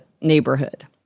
neighborhood